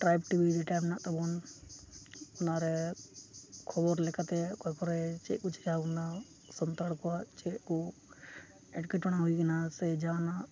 tribe T B ᱡᱮᱴᱟ ᱢᱮᱱᱟᱜ ᱛᱟᱵᱚᱱ ᱚᱱᱟᱨᱮ ᱠᱷᱚᱵᱚᱨ ᱞᱮᱠᱟᱛᱮ ᱚᱠᱟ ᱠᱚᱨᱮ ᱪᱮᱫᱠᱚ ᱪᱤᱠᱟᱹᱣᱟᱠᱟᱱᱟ ᱥᱟᱱᱛᱟᱲ ᱠᱚᱣᱟᱜ ᱪᱮᱫ ᱠᱚ ᱮᱴᱠᱮᱴᱚᱬᱮ ᱦᱩᱭ ᱠᱟᱱᱟ ᱥᱮ ᱡᱟᱦᱟᱱᱟᱜ